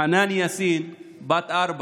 חנאן יאסין, בת 4,